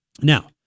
Now